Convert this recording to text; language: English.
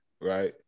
right